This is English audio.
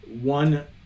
one